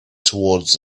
towards